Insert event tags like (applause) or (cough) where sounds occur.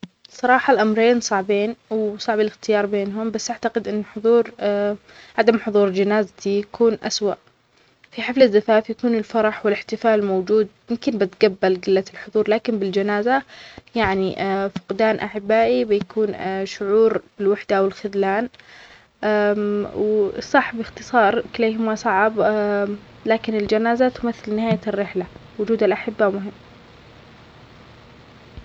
الصراحة الأمرين صعبين وصعب الإختيار بينهم، بس أعتقد أن حضور (hesitation) عدم حضور جنازتى يكون أسوء، في حفل زفاف يكون الفرح والإحتفال موجود يمكن بتجبل جلة الحظور، لكن بالجنازة يعنى (hesitation) فقدان أحبائى بيكون (hesitation) شعور بالوحدة أو الخلان ، (hesitation) وصح بإختصار كليهما صعب (hesitation) لكن الجنازة تمثل نهاية الرحلة، وجود الأحبة مهم.